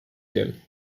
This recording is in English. jim